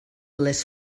les